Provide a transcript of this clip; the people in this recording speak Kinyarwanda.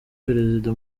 perezida